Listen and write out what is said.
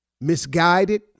misguided